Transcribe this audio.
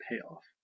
Payoff